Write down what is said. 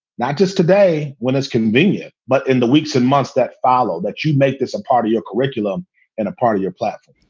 not just today when it's convenient, but in the weeks and months that follow that you'd make this a part of your curriculum and a part of your platform,